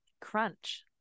crunch